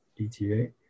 ETA